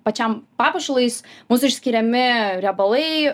pačiam papuošalui jis mūsų išskiriami riebalai